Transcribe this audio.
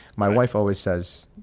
my wife always says